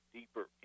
deeper